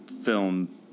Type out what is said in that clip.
film